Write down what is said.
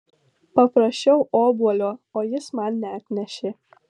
paprašiau obuolio o jis man neatnešė